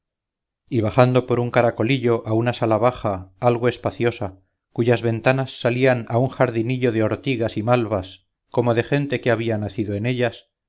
y bajando por un caracolillo a una sala baja algo espaciosa cuyas ventanas salían a un jardinillo de ortigas y malvas como de gente que había nacido en ellas